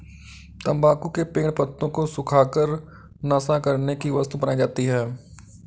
तम्बाकू के पेड़ पत्तों को सुखा कर नशा करने की वस्तु बनाई जाती है